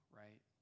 right